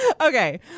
Okay